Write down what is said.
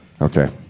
Okay